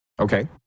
Okay